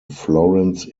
florence